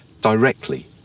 directly